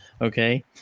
Okay